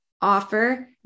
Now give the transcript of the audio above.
offer